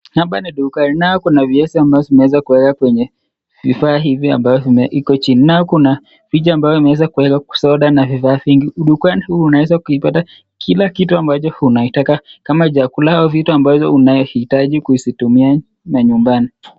Hapa ni dukani nayo kuna viazi ambayo zimeeza kuweka kwenye, vifaa hivi ambayo iko chini, nayo kuna, picha imeeza kueka soda na vifaa vingi, dukani huu unaeza kuipata, kila kitu ambacho unaitaka, kama chakula au vitu ambaye unai hitaji kuizitumia manyumbani.